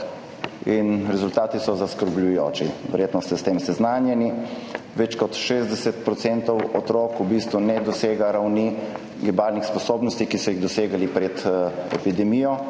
In rezultati so zaskrbljujoči. Verjetno ste s tem seznanjeni. Več kot 60 % otrok v bistvu ne dosega ravni gibalnih sposobnosti, ki so jih dosegali pred epidemijo.